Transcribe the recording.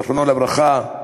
זיכרונו לברכה,